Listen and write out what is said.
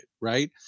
right